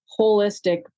holistic